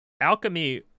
alchemy